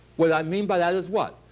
what i mean by that is what?